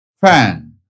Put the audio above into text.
fan